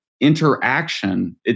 interaction